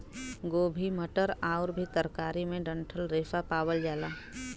गोभी मटर आउर भी तरकारी में डंठल रेशा पावल जाला